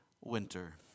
winter